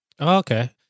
Okay